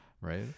right